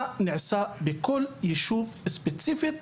מה נעשה בכל ישוב באופן ספציפי?